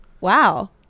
wow